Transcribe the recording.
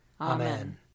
Amen